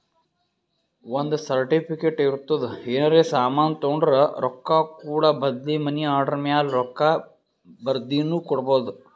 ಒಂದ್ ಸರ್ಟಿಫಿಕೇಟ್ ಇರ್ತುದ್ ಏನರೇ ಸಾಮಾನ್ ತೊಂಡುರ ರೊಕ್ಕಾ ಕೂಡ ಬದ್ಲಿ ಮನಿ ಆರ್ಡರ್ ಮ್ಯಾಲ ರೊಕ್ಕಾ ಬರ್ದಿನು ಕೊಡ್ಬೋದು